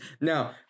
Now